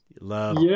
Love